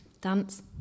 Dance